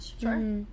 Sure